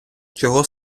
чого